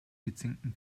gezinkten